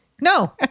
No